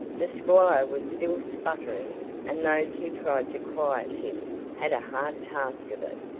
the squire was still sputtering and those who tried to quiet him had a hard task of it.